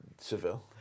Seville